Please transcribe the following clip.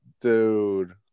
Dude